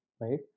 right